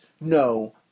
no